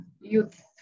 youth